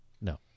No